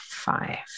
Five